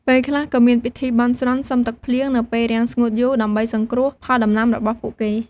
ពេលខ្លះក៏មានពិធីបន់ស្រន់សុំទឹកភ្លៀង នៅពេលរាំងស្ងួតយូរ ដើម្បីសង្គ្រោះផលដំណាំរបស់ពួកគេ។